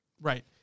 Right